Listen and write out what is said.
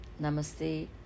Namaste